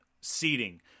seating